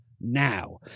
now